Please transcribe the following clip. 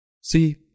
See